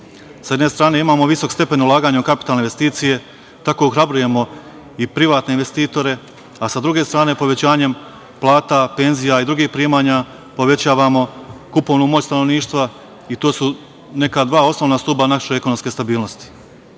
Sa jedne strane imamo visok stepen ulaganja u kapitalne investicije, tako ohrabrujemo i privatne investitore, a sa druge strane, povećanjem plata, penzija i drugih primanja povećavamo kupovnu moć stanovništva i to su neka dva osnovna stuba naše ekonomske stabilnosti. Nivo